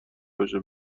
باشه